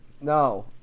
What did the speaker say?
No